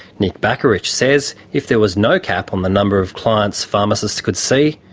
nick bakarich says if there was no cap on the number of clients pharmacists could see,